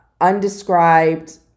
Undescribed